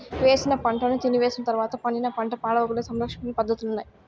వేసిన పంటను తీసివేసిన తర్వాత పండిన పంట పాడవకుండా సంరక్షించుకొనే పద్ధతులున్నాయి